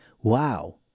Wow